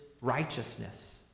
righteousness